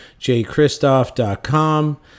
jchristoff.com